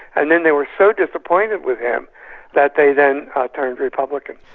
and then they were so disappointed with him that they then ah turned republican.